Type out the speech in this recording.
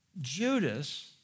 Judas